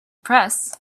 pressed